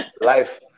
Life